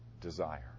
desire